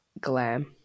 glam